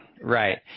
right